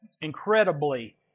Incredibly